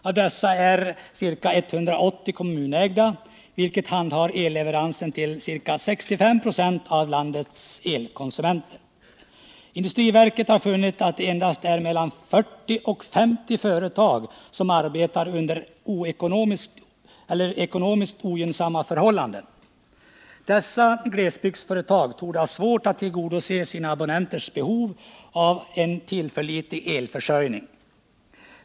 Av dessa är ca 180 kommunägda, vilka handhar elleveransen till ca 65 26 av landets elkonsumenter. Industriverket har funnit att det endast är mellan 40 och 50 företag som arbetar under ekonomiskt ogynnsamma förhållanden. Dessa glesbygdsföretag torde ha svårt att tillgodose sina elabonnenters behov av en tillförlitlig elförsörjning.